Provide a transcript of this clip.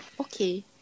Okay